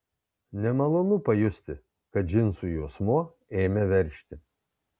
nemalonu pajusti kad džinsų juosmuo ėmė veržti